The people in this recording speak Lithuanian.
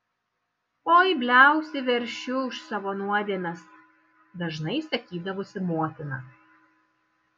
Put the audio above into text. oi bliausi veršiu už savo nuodėmes dažnai sakydavusi motina